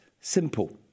simple